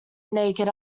naked